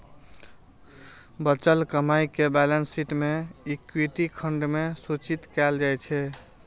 बचल कमाइ कें बैलेंस शीट मे इक्विटी खंड मे सूचित कैल जाइ छै